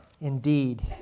Indeed